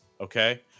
okay